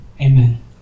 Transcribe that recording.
Amen